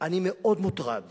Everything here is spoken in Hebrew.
אני מאוד מוטרד